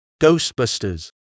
Ghostbusters